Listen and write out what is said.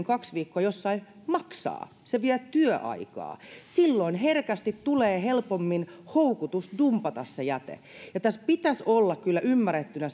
kaksi viikkoa jossain maksaa se vie työaikaa silloin herkästi tulee helpommin houkutus dumpata se jäte ja tässä pitäisi olla kyllä ymmärrettynä